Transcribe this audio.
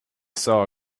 saw